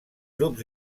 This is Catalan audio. grups